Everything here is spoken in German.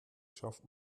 schafft